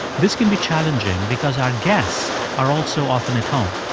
this can be challenging because our guests are also often at home.